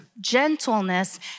gentleness